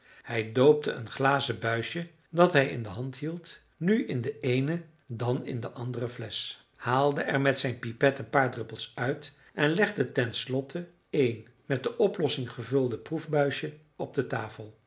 hij doopte een glazen buisje dat hij in de hand hield nu in de eene dan in de andere flesch haalde er met zijn pipet een paar droppels uit en legde ten slotte een met de oplossing gevuld proefbuisje op de tafel